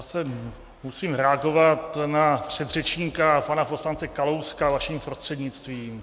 Zase musím reagovat na předřečníka, pana poslance Kalouska vaším prostřednictvím.